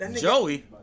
Joey